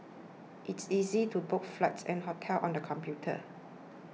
it is easy to book flights and hotels on the computer